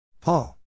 paul